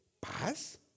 Paz